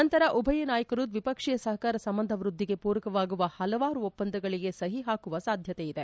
ನಂತರ ಉಭಯ ನಾಯಕರು ದ್ವಿಪಕ್ಷೀಯ ಸಹಕಾರ ಸಂಬಂಧ ವ್ಯದ್ವಿಗೆ ಪೂರಕವಾಗುವ ಪಲವಾರು ಒಪ್ಪಂದಗಳಿಗೆ ಸಹಿ ಹಾಕುವ ಸಾಧ್ಯತೆ ಇದೆ